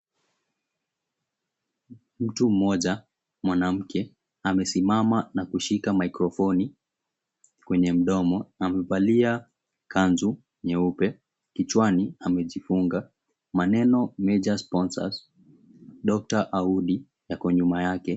Mtu mmoja mwanamke amesimama na kushika maikrofoni kwenye mdomo amevalia kanzu nyeupe kichwani amejifunga maneno, Major Sponsors, Doctor Audi, yako nyuma yake.